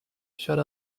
shut